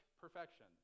perfection